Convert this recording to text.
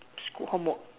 school homework